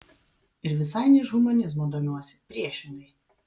ir visai ne iš humanizmo domiuosi priešingai